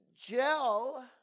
gel